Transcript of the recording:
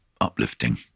uplifting